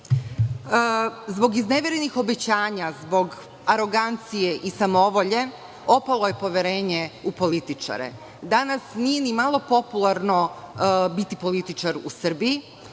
izneverenih obećanja, zbog arogancije i samovolje opalo je poverenje u političare. Danas nije ni malo popularno biti političar u Srbiji.